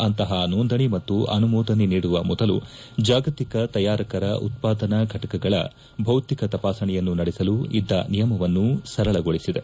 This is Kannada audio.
ಅಂತಪ ನೋಂದಣಿ ಮತ್ತು ಅನುಮೋದನೆ ನೀಡುವ ಮೊದಲು ಜಾಗತಿಕ ತಯಾರಕರ ಉತ್ಪಾದನಾ ಫಟಕಗಳ ಭೌತಿಕ ತಪಾಸಣೆಯನ್ನು ನಡೆಸಲು ಇದ್ದ ನಿಯಮವನ್ನು ಸರಳಗೊಳಿಸಿದೆ